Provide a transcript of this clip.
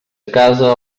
casa